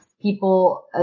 people